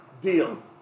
Deal